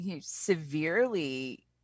severely